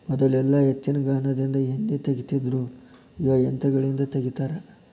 ಮೊದಲೆಲ್ಲಾ ಎತ್ತಿನಗಾನದಿಂದ ಎಣ್ಣಿ ತಗಿತಿದ್ರು ಇವಾಗ ಯಂತ್ರಗಳಿಂದ ತಗಿತಾರ